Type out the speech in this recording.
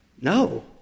No